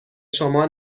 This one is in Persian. شما